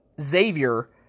Xavier